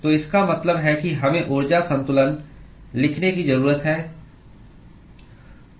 तो इसका मतलब है कि हमें ऊर्जा संतुलन लिखने की जरूरत है